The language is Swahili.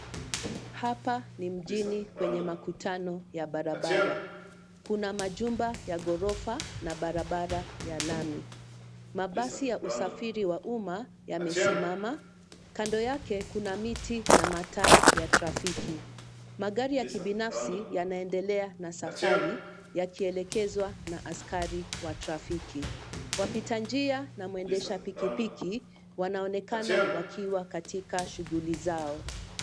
Hapa ni mjini kwenye makutano ya barabara. Kuna majumba ya ghorofa na barabara ya lami. Mabasi ya usafiri wa umma, yamesimama. Kando yake kuna miti na mataa ya trafiki. Magari ya kibinafsi yanaendelea na safari, yakielekezwa na askari wa trafiki. Wapita njia na mwendesha pikipiki, wanaonekana wakiwa katika shuguli zao.